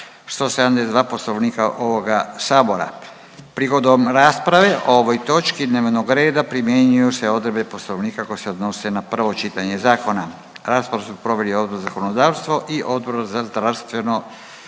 172. Poslovnika ovoga Sabora. Prigodom rasprave o ovoj točki dnevnog reda primjenjuju se odredbe Poslovnika koje se odnose na prvo čitanje zakona. Raspravu su proveli Odbor za zakonodavstvo i Odbor za zdravstvo,